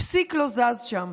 ופסיק לא זז שם.